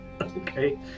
Okay